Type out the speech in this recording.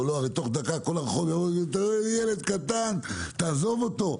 כל דקה כל הרחוב: ילד קטן תעזוב אותו.